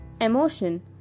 emotion